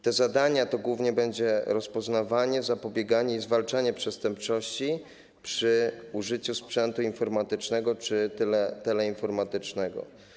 Te zadania to głównie będzie rozpoznawanie, zapobieganie i zwalczanie przestępczości przy użyciu sprzętu informatycznego czy teleinformatycznego.